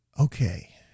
okay